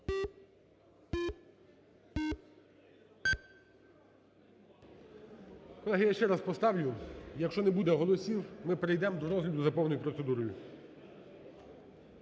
Колеги, я ще раз поставлю, якщо не буде голосів, ми перейдемо до розгляду за повною процедурою.